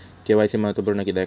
KYC महत्त्वपुर्ण किद्याक?